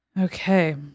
Okay